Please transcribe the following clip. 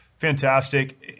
Fantastic